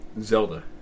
zelda